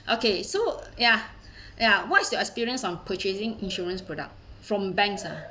okay so ya ya what is your experience on purchasing insurance product from banks ah